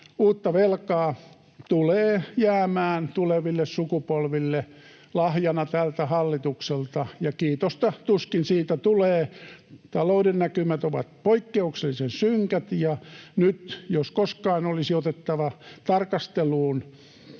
uutta velkaa, tulee jäämään tuleville sukupolville lahjana tältä hallitukselta, ja kiitosta tuskin siitä tulee. Talouden näkymät ovat poikkeuksellisen synkät, ja nyt jos koskaan olisi otettava tarkasteluun